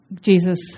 Jesus